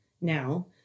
now